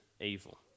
evil